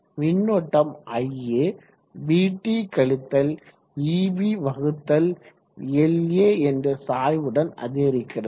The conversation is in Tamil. மின்னோட்டம் ia vt கழித்தல் eb வகுத்தல் La என்ற சாய்வுடன் அதிகரிக்கிறது